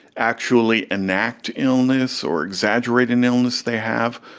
actually enact illness or exaggerate an illness they have,